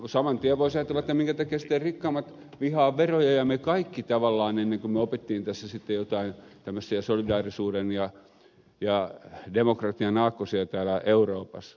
saman tien voisi ajatella minkä takia sitten rikkaammat vihaavat veroja ja me kaikki tavallaan vihasimme ennen kuin me opimme tässä sitten jotain tämmöisiä solidaarisuuden ja demokratian aakkosia täällä euroopassa